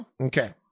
Okay